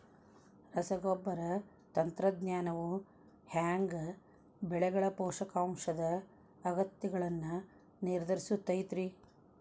ರಸಗೊಬ್ಬರ ತಂತ್ರಜ್ಞಾನವು ಹ್ಯಾಂಗ ಬೆಳೆಗಳ ಪೋಷಕಾಂಶದ ಅಗತ್ಯಗಳನ್ನ ನಿರ್ಧರಿಸುತೈತ್ರಿ?